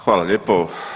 Hvala lijepo.